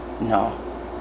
No